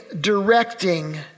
directing